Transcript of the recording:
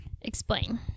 explain